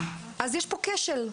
אז יש פה כשל,